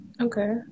Okay